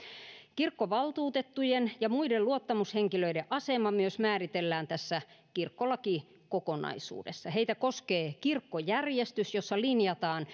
kirkkovaltuutettujen ja muiden luottamushenkilöiden asema myös määritellään tässä kirkkolakikokonaisuudessa heitä koskee kirkkojärjestys jossa linjataan